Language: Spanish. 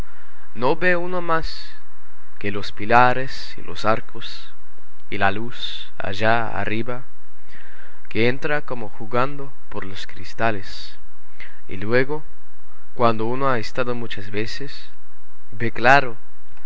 no ve uno más que los pilares y los arcos y la luz allá arriba que entra como jugando por los cristales y luego cuando uno ha estado muchas veces